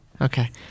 Okay